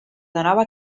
donava